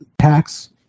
tax